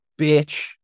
bitch